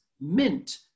mint